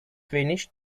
finish